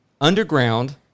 underground